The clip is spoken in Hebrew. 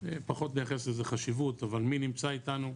פחות נייחס לזה חשיבות אבל מי נמצא איתנו,